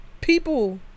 People